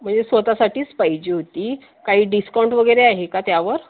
म्हणजे स्वत साठीच पाहिजे होती काही डिस्काउंट वगैरे आहे का त्यावर